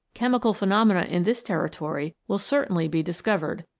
chemical pheno mena in this territory will certainly be discovered,